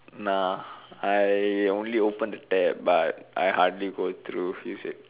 nah I only open the tab but I hardly go through